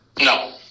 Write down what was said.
No